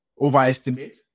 overestimate